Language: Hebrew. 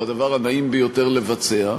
והוא לא הדבר הנעים ביותר לבצע,